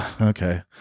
okay